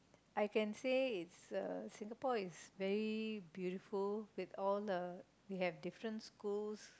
I can say it's a Singapore is very beautiful with all the we have different schools